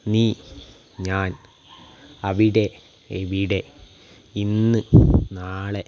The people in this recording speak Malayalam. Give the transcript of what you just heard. നീ ഞാൻ അവിടെ എവിടെ ഇന്ന് നാളെ